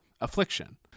affliction